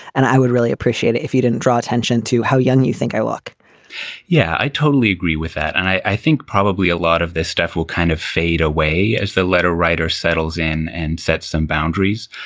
and i would really appreciate it if you didn't draw attention to how young you think i look yeah, i totally agree with that. and i think probably a lot of this stuff will kind of fade away as the letter writer settles in and set some boundaries.